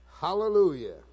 Hallelujah